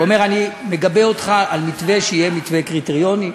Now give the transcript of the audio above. והוא אמר: אני מגבה אותך על מתווה שיהיה מתווה קריטריוני.